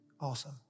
awesome